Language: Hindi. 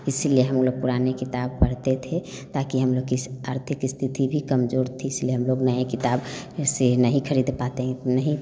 इसलिए हम लोग पुरानी किताब पढ़ते थे ताकी हम लोग की आर्थिक स्थिति भी कमज़ोर थी इसलिए हम लोग नई किताब ऐसे नहीं ख़रीद पाते हैं नहीं